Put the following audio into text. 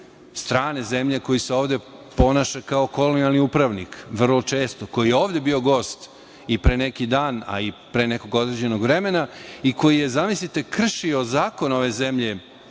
strane zemlje koji se ovde ponaša kao kolonijalni upravnik vrlo često, koji je ovde bio gost i pre neki dan, a i pre nekog određenog vremena i koji je, zamislite, kršio zakon ove zemlje